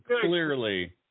clearly